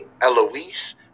Eloise